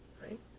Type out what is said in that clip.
Right